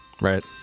Right